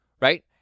right